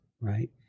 right